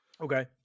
Okay